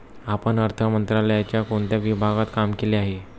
आपण अर्थ मंत्रालयाच्या कोणत्या विभागात काम केले आहे?